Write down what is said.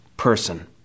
person